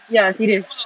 ya serious